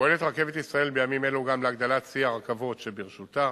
פועלת "רכבת ישראל" בימים אלו גם להגדלת צי הרכבות שברשותה,